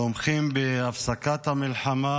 תומכים בהפסקת המלחמה